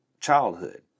childhood